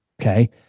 Okay